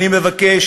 אני מבקש